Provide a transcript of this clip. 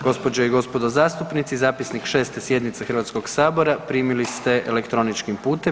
Gospođe i gospodo zastupnici, zapisnik 6. sjednice HS primili ste elektroničkim putem.